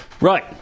Right